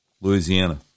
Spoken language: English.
Louisiana